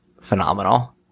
phenomenal